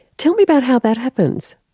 tell me about how that happens.